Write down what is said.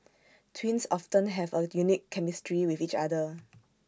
twins often have A unique chemistry with each other